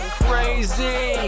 crazy